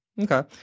Okay